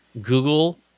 Google